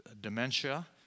dementia